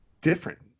different